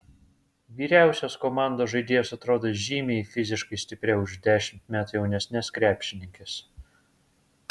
vyriausios komandos žaidėjos atrodo žymiai fiziškai stipriau už dešimt metų jaunesnes krepšininkes